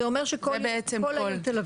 זה בעצם הכול.